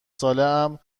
سالهام